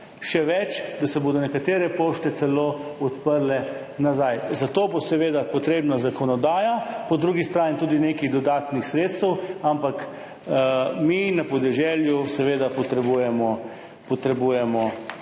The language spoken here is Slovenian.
Še več, da se bodo nekatere pošte celo odprle nazaj. Za to bo seveda potrebna zakonodaja, po drugi strani tudi nekaj dodatnih sredstev, ampak mi na podeželju seveda potrebujemo